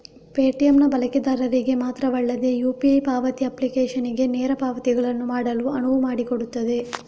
Paytm ನ ಬಳಕೆದಾರರಿಗೆ ಮಾತ್ರವಲ್ಲದೆ ಯು.ಪಿ.ಐ ಪಾವತಿ ಅಪ್ಲಿಕೇಶನಿಗೆ ನೇರ ಪಾವತಿಗಳನ್ನು ಮಾಡಲು ಅನುವು ಮಾಡಿಕೊಡುತ್ತದೆ